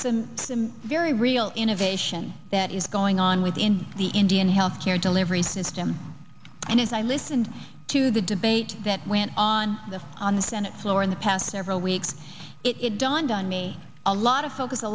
the very real innovation that is going on within the indian health care delivery system and as i listened to the debate that went on this on the senate floor in the past several weeks it dawned on me a lot of focus a